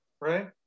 right